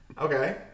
Okay